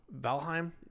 Valheim